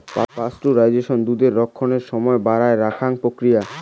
pasteurisation দুধের রক্ষণের সমায় বাড়েয়া রাখং প্রক্রিয়া